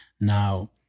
now